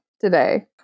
today